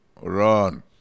run